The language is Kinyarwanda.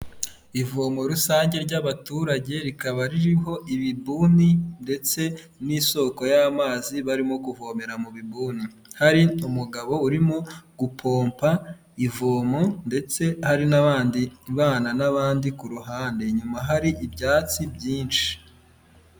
Ivomo rusange ry'abaturage rikaba ririho ibibuni, ndetse n'isoko y'amazi barimo kuvomera mu bibuni. Hari umugabo urimo gupompa ivomo ndetse hari n'abandi bana, n'abandi ku ruhande, inyuma hari ibyatsi byinshi.